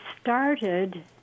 started